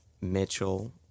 Mitchell